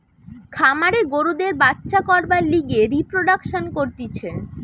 খামারে গরুদের বাচ্চা করবার লিগে রিপ্রোডাক্সন করতিছে